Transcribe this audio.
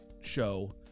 show